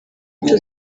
ibyo